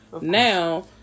Now